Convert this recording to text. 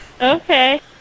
Okay